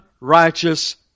righteous